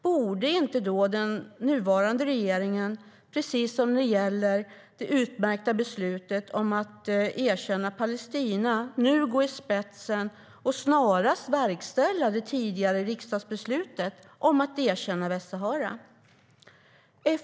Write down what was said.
Borde då inte den nuvarande regeringen, precis som när det gäller det utmärkta beslutet att erkänna Palestina, nu gå i spetsen och snarast verkställa det tidigare riksdagsbeslutet att erkänna Västsahara?